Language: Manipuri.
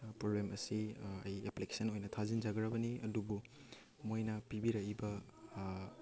ꯄ꯭ꯔꯣꯕ꯭ꯂꯦꯝ ꯑꯁꯤ ꯑꯩ ꯑꯦꯄ꯭ꯂꯤꯀꯦꯁꯟ ꯑꯣꯏꯅ ꯊꯥꯖꯟꯖꯈ꯭ꯔꯕꯅꯤ ꯑꯗꯨꯕꯨ ꯃꯣꯏꯅ ꯄꯤꯕꯤꯔꯛꯏꯕ